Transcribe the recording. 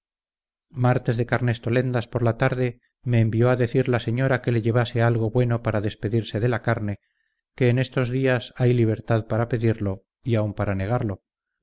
martes de carnestolendas por la tarde me envió a decir la señora que le llevase algo bueno para despedirse de la carne que en estos días hay libertad para pedirlo y aun para negarlo